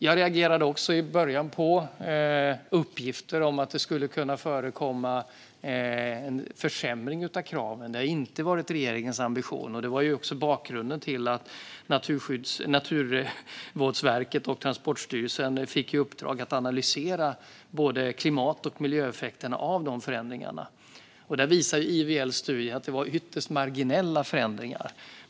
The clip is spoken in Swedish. Jag reagerade också i början på uppgifter om att det skulle kunna bli en försämring av kraven. Det har inte varit regeringens ambition. Det var också bakgrunden till att Naturvårdsverket och Transportstyrelsen fick i uppdrag att analysera både klimat och miljöeffekterna av de förändringarna. IVL:s studie visar att det skedde ytterst marginella förändringar.